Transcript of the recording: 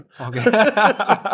Okay